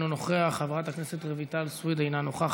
אינו נוכח,